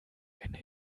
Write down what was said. eine